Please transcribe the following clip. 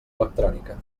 electrònica